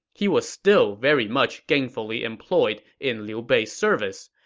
he was still very much gainfully employed in liu bei's service.